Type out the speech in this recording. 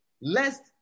Lest